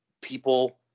people